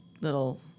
little